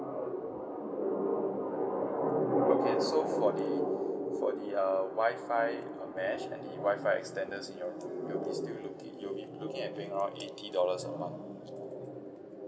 okay so for the for the uh Wi-Fi uh mesh and the Wi-Fi extenders in your room you'll be still looki~ you'll be looking at paying around eighty dollars a month